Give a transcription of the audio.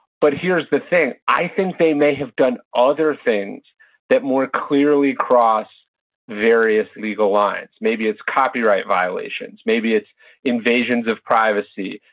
but here's the thing. i think they may have done other things that more clearly cross various legal lines. maybe it's copyright violations. maybe it's invasions of privacy.